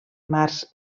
març